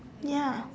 ya